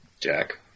Jack